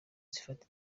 zifata